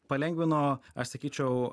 palengvino aš sakyčiau